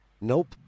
Nope